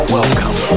Welcome